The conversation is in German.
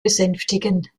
besänftigen